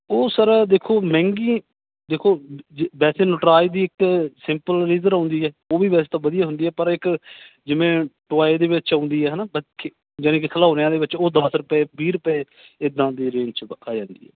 ਉਹ ਸਰ ਦੇਖੋ ਮਹਿੰਗੀ ਦੇਖੋ ਜ ਜ ਵੈਸੇ ਨਟਰਾਜ ਦੀ ਇੱਕ ਸਿੰਪਲ ਰੇਜ਼ਰ ਆਉਂਦੀ ਹੈ ਉਹ ਵੀ ਵੈਸੇ ਤਾਂ ਵਧੀਆ ਹੁੰਦੀ ਹੈ ਪਰ ਇੱਕ ਜਿਵੇਂ ਟੋਆਏ ਦੇ ਵਿੱਚ ਆਉਂਦੀ ਆ ਹੈ ਨਾ ਬੱਚੇ ਯਾਨੀ ਕਿ ਖਿਲੌਣਿਆਂ ਦੇ ਵਿੱਚ ਉਹ ਦਸ ਰੁਪਏ ਵੀਹ ਰੁਪਏ ਇੱਦਾਂ ਦੀ ਰੇਂਜ 'ਚ ਬ ਆ ਜਾਂਦੀ ਹੈ